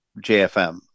JFM